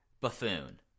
buffoon